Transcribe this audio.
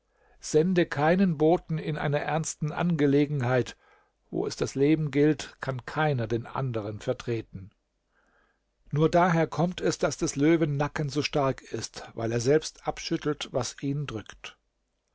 sende keinen boten in einer ernsten angelegenheit wo es das leben gilt kann keiner den anderen vertreten nur daher kommt es daß des löwen nacken so stark ist weil er selbst abschüttelt was ihn drückt